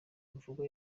imvugo